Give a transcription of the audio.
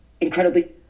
incredibly